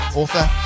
author